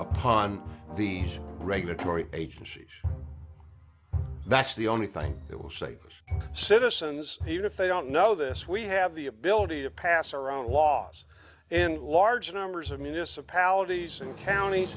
upon the regulatory agencies that's the only thing that will save us citizens even if they don't know this we have the ability to pass around laws in large numbers of municipalities and counties